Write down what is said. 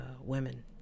women